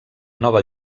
nova